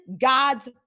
God's